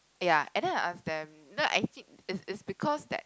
ya and then I ask them you know actually it's it's because that